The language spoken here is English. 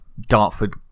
Dartford